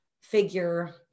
figure